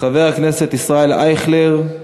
חבר הכנסת ישראל אייכלר.